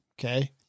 Okay